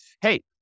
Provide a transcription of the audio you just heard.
hey